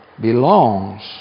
belongs